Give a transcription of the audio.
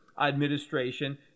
administration